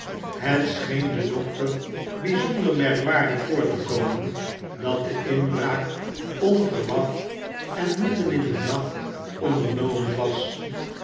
scheen den dokter bijzonder merkwaardig j voor te komen dat de inbraak onverwacht en i midden in den nacht ondernomen was